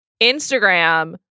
Instagram